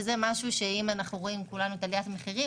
שזה משהו שאם אנחנו רואים כולנו את גרף המחירים